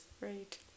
right